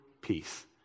peace